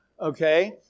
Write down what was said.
okay